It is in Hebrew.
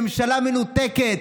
ממשלה מנותקת.